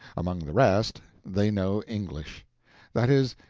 among the rest, they know english that is,